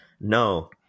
no